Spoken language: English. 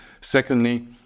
secondly